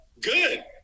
good